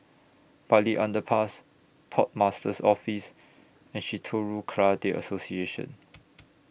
Bartley Underpass Port Master's Office and Shitoryu Karate Association